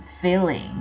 feeling